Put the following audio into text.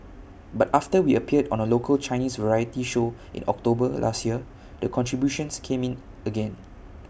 but after we appeared on A local Chinese variety show in October last year the contributions came in again